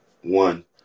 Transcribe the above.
One